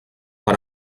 per